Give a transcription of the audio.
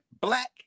Black